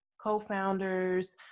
co-founders